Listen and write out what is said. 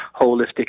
holistic